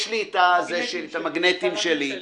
יש לי את המגנטים שלי,